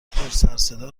پرسرصدا